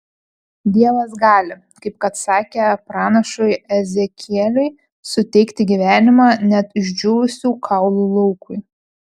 dievas gali kaip kad sakė pranašui ezekieliui suteikti gyvenimą net išdžiūvusių kaulų laukui